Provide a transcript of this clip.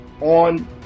on